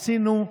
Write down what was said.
עשינו,